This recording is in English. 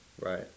Right